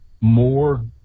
more